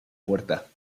puerta